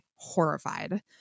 Horrified